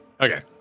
Okay